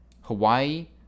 Hawaii